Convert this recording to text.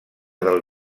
del